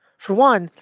for one,